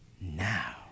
now